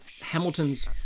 Hamilton's